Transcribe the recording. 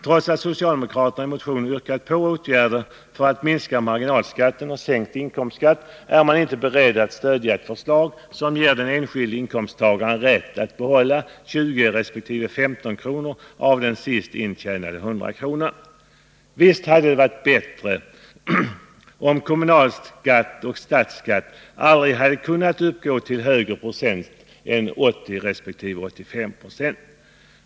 Trots att socialdemokraterna i sin motion yrkat på åtgärder för att minska marginalskatten och sänka inkomstskatten är de inte beredda att stödja ett förslag som ger den enskilde inkomsttagaren rätt att behålla 20 resp. 15 kr. av den sist intjänade hundralappen. Visst hade det varit bättre om kommunalskatt och statsskatt aldrig hade kunnat uppgå till mer än 80 resp. 85 26.